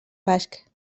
basc